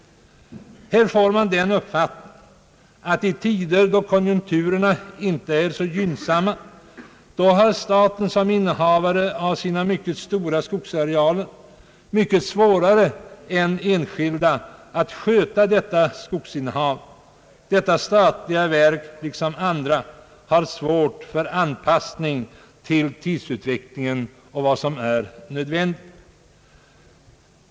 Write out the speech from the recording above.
Här får man den uppfattningen att staten som innehavare av sina mycket stora skogsarealer i tider då konjunkturerna inte är så gynnsamma har mycket svårare än enskilda att sköta detta skogsinnehav. Detta statliga verk har liksom andra svårt att anpassa sig till tidsutvecklingen och till vad som är nödvändigt.